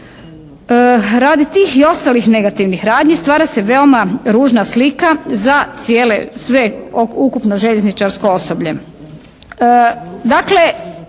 Radi tih i ostalih negativnih radnji stvara se veoma ružna slika za cijele, sveukupno željezničarsko osoblje.